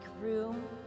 room